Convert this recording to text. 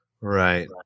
Right